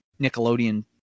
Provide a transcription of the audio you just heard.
Nickelodeon